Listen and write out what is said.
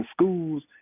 schools